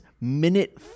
minute